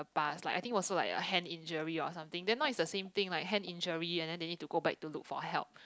past I think also a hand injury or something then now is a same thing like hand injury and then they need to go back to look for help